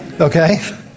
Okay